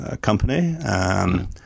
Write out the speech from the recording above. company